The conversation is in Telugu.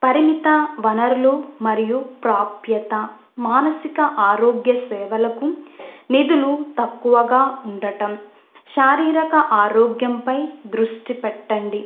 పరిమిత వనరులు మరియు ప్రాప్యత మానసిక ఆరోగ్య సేవలకు నిధులు తక్కువగా ఉండడం శారీరక ఆరోగ్యంపై దృష్టి పెట్టండి